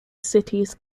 cities